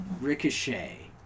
Ricochet